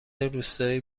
روستایی